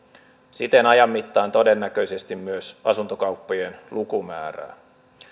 siten ajan mittaan todennäköisesti myös asuntokauppojen lukumäärää